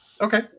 Okay